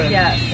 yes